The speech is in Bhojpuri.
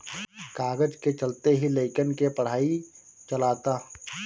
कागज के चलते ही लइकन के पढ़ाई चलअता